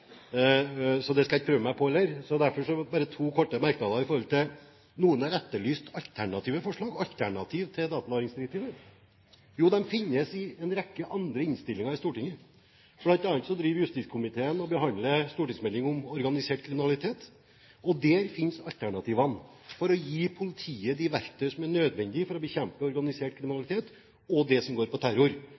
så det skal jeg ikke prøve meg på heller. Derfor bare to korte merknader: Noen har etterlyst alternative forslag – alternativ til datalagringsdirektivet. Jo, de finnes i en rekke andre innstillinger i Stortinget. Blant annet driver justiskomiteen og behandler en stortingsmelding om organisert kriminalitet, og der finnes alternativene for å gi politiet de verktøy som er nødvendige for å bekjempe organisert kriminalitet og det som går på terror.